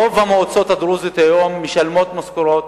רוב המועצות הדרוזיות היום משלמות משכורות,